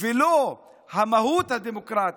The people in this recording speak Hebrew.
-- ולא המהות הדמוקרטית.